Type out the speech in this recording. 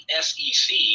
SEC